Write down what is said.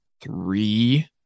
three